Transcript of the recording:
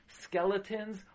skeletons